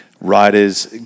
riders